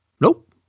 Nope